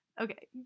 Okay